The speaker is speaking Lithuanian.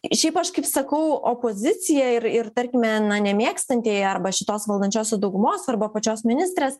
šiaip aš kaip sakau opozicija ir ir tarkime na nemėgstantieji arba šitos valdančiosios daugumos arba pačios ministrės